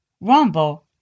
Rumble